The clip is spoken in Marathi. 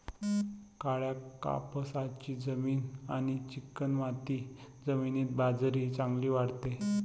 काळ्या कापसाची जमीन आणि चिकणमाती जमिनीत बाजरी चांगली वाढते